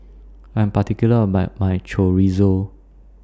I'm particular about My Chorizo